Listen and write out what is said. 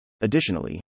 Additionally